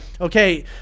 okay